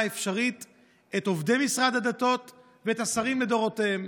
אפשרית את עובדי משרד הדתות ואת השרים לדורותיהם,